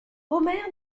omer